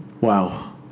wow